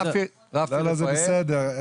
לא, זה בסדר.